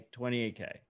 28K